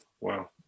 wow